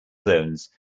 zones